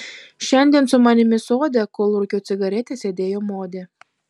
šiandien su manimi sode kol rūkiau cigaretę sėdėjo modė